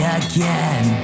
again